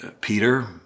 Peter